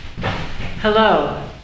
Hello